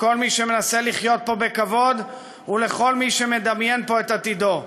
לכל מי שמנסה לחיות פה בכבוד ולכל מי שמדמיין פה את עתידו.